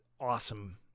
awesome